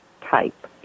type